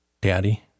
Daddy